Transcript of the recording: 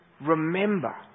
remember